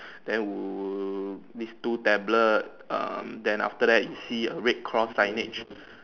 then wou~ these two tablet um then after that you see a red cross signage